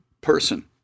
person